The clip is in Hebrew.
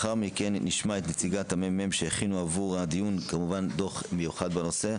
נשמע את נציגת המ.מ.מ שהכינה עבור הדיון דוח מיוחד בנושא,